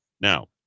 Now